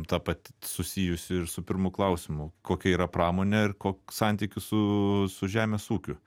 ta pat susijusi ir su pirmu klausimu kokia yra pramonė ir koks santykis su su žemės ūkiu